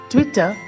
Twitter